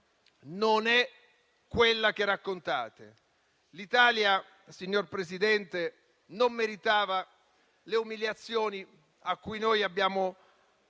non è quella che raccontate. L'Italia, signor Presidente, non meritava le umiliazioni a cui noi abbiamo fatto